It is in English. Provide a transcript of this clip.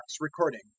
recording